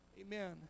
Amen